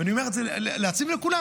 ואני אומר את זה לעצמי ולכולם: